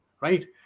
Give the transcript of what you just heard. Right